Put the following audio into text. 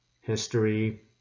history